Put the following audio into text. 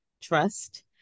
trust